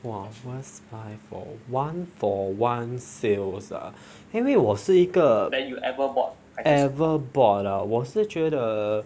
!wah! worst buy for one for one sales ah 因为我是一个 ever bought ah 我是觉得